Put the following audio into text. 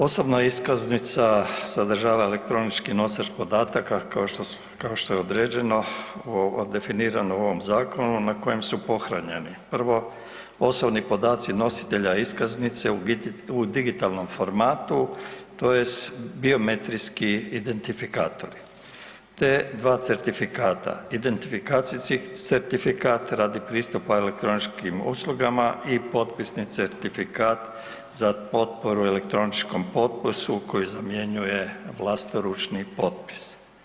Osobna iskaznica sadržava elektronički nosač podataka kao što je određeno definirano u ovom zakonu na kojem su pohranjeni prvo, osobni podaci nositelja iskaznice u digitalnom formatu tj. biometrijski identifikatori te dva certifikata, identifikacijski certifikat radi pristupa elektroničkim uslugama i popisni certifikat za potporu elektroničkom potpisu koji zamjenjuje vlastoručni potpis.